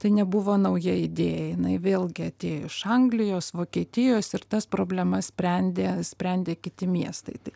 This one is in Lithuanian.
tai nebuvo nauja idėja jinai vėlgi atėjo iš anglijos vokietijos ir tas problemas sprendė sprendė kiti miestai tai